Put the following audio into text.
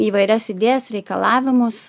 įvairias idėjas reikalavimus